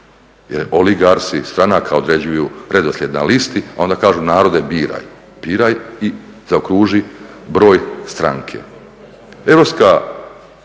jer oligarsi stranaka određuju redoslijed na listi, a onda kažu narode biraj, biraj i zaokruži broj stranke.